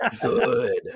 good